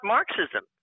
Marxism